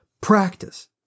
practice